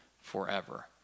forever